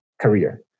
career